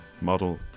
model